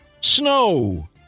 Snow